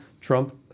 Trump